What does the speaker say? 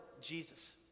Jesus